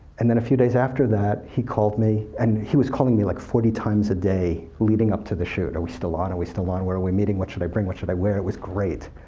and then a few days after that, he called me, and he was calling me like forty times a day leading up to the shoot. are we still on, are we still on, where are we meeting, what should i bring, what should i wear? it was great.